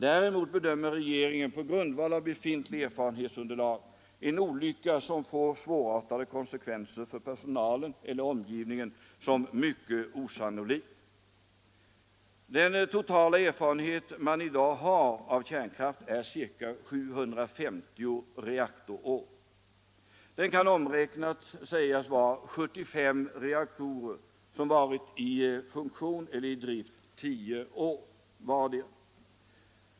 Däremot bedömer regeringen på grundval av befintligt erfarenhetsunderlag en olycka som får svårartade konsekvenser för personalen eller omgivningen som mycket osannolik. Den totala erfarenhet man i dag har av kärnkraften är ca 750 reaktorår. Det kan omräknat sägas vara 75 reaktorer som varit i funktion i drygt 10 år.